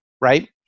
right